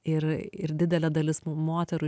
ir ir didelė dalis moterų